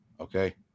okay